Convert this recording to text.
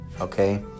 Okay